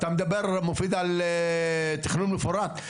אתה מדבר על תכנון מפורט,